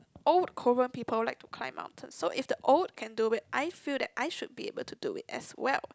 old Korean like to climb mountains so if the old can do it I feel that I should be able to do it as well